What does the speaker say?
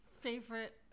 favorite